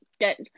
get